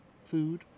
food